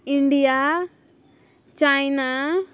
India China